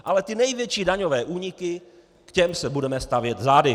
Ale ty největší daňové úniky, k těm se budeme stavět zády.